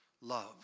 love